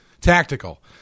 Tactical